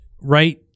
right